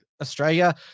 Australia